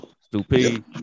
Stupid